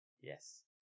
Yes